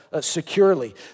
securely